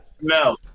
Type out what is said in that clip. no